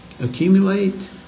accumulate